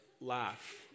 laugh